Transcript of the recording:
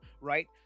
right